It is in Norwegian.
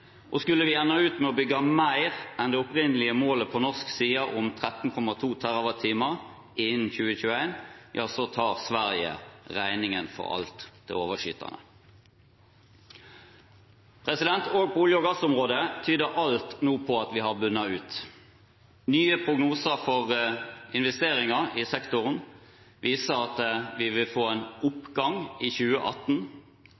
og skulle vi ende opp med å bygge ut mer enn det opprinnelige målet på norsk side om 13,2 TWh innen 2021, tar Sverige regningen for alt det overskytende. Også på olje- og gassområdet tyder alt nå på at vi har bunnet ut. Nye prognoser for investeringer i sektoren viser at vi vil få en